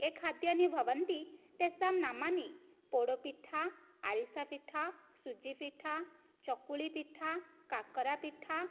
ये खाद्यानि भवन्ति तेषां नामानि पोडोपिट्ठा आरिसा पिट्ठा सुजिफिट्ठा चोक्कुल्हिपिट्ठा काक्कोरापिट्ठा